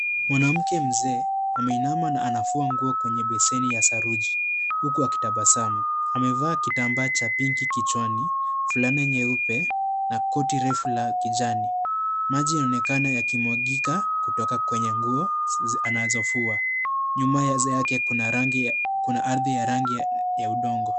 Mwanamke mzee ameinama na anafua nguo kwenye beseni ya saruji, huku akitabasamu. Amevaa kitambaa cha pinki kichwani, fulani nyeupe na koti refu la kijani. Maji inaonekana yakimwagika kutoka kwenye nguo anazofua. Nyuma yake kuna rangi ya kuna ardhi ya rangi ya udongo.